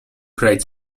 great